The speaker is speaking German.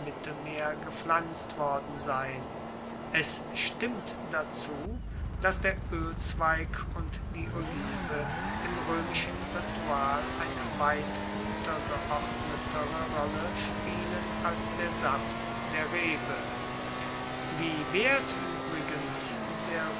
mittelmeer gepflanzt worden sein es stimmt dazu dass der oelzweig und die olive im roemischen ritual eine weit untergeordnetere rolle spielen als der saft der rebe wie wert uebrigens der